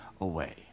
away